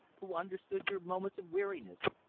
who understood your moments of weariness,